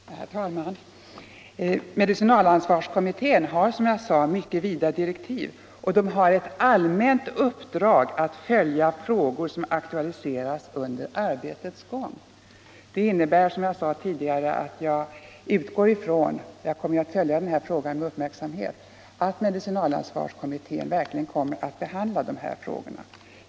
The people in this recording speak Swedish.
Herr talman! Medicinalansvarskommittén har, som jag sade, mycket vida direktiv, och den har ett allmänt uppdrag att följa frågor som aktualiseras under arbetets gång. Det innebär att jag utgår från — jag ämnar följa denna fråga med uppmärksamhet — att medicinalansvarskommittén verkligen kommer att behandla de här frågorna.